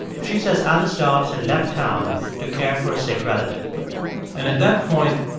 she says alice dobbs had left town to care for a sick relative and at that point,